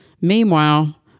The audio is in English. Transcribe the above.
Meanwhile